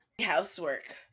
Housework